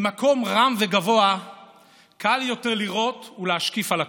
ממקום רם וגבוה קל יותר לראות ולהשקיף על הכול.